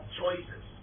choices